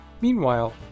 Meanwhile